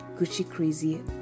Gucci-crazy